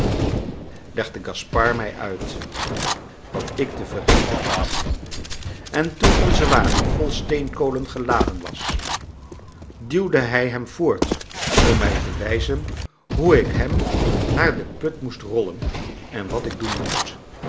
legde gaspard mij uit wat ik te verrichten had en toen onze wagen vol steenkolen geladen was duwde hij hem voort om mij te wijzen hoe ik hem naar den put moest rollen en wat ik doen moest